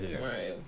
Right